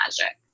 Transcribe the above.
magic